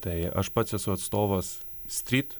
tai aš pats esu atstovas stryt